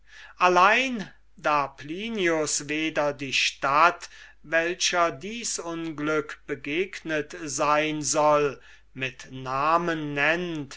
allein da plinius weder die stadt welcher dies unglück begegnet sein soll mit namen nennt